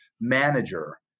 manager